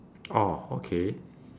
oh okay